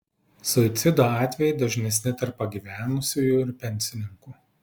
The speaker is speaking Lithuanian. suicido atvejai dažnesni tarp pagyvenusiųjų ir pensininkų